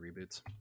reboots